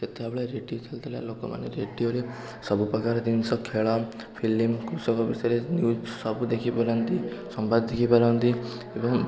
ସେତେବେଳେ ରେଡ଼ିଓ ଚାଲିଥିଲା ଲୋକମାନେ ରେଡ଼ିଓରେ ସବୁ ପ୍ରକାର ଜିନିଷ ଖେଳ ଫିଲିମ କୃଷକ ବିଷୟରେ ନିଉଜ ସବୁ ଦେଖିପାରନ୍ତି ସମ୍ବାଦ ଦେଖିପାରନ୍ତି ଏବଂ